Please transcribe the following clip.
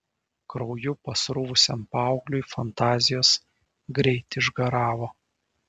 krauju pasruvusiam paaugliui fantazijos greit išgaravo